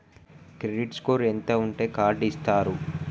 Credit score ఎంత ఉంటే card ఇస్తారు?